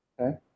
okay